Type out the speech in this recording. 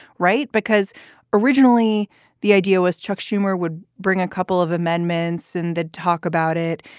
right. because originally the idea was chuck schumer would bring a couple of amendments and they'd talk about it,